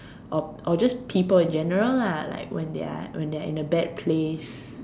or or just people in general lah like when they are when they are in a bad place